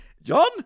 John